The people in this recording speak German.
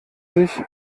sich